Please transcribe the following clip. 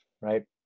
Right